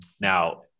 now